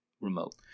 remote